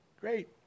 Great